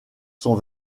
sont